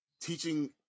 teaching